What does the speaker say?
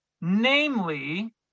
namely